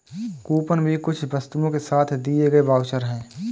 coupon भी कुछ वस्तुओं के साथ दिए गए वाउचर है